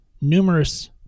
numerous